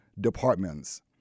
departments